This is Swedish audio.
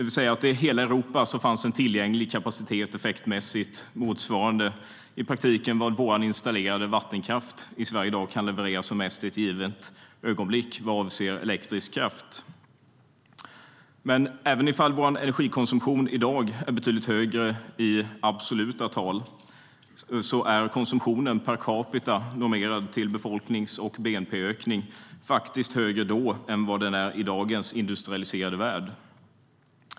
I hela Europa fanns alltså en tillgänglig kapacitet effektmässigt motsvarande i praktiken vad vår installerade vattenkraft i Sverige i dag kan leverera som mest i ett givet ögonblick vad avser elektrisk kraft. Även om vår energikonsumtion i dag är betydligt högre i absoluta tal var konsumtionen per capita normerad till befolknings och bnp-ökning faktiskt högre då än vad den är i dagens industrialiserade värld.